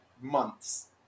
months